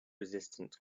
resistant